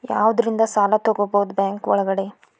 ಯಾವ್ಯಾವುದರಿಂದ ಸಾಲ ತಗೋಬಹುದು ಬ್ಯಾಂಕ್ ಒಳಗಡೆ?